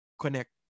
connect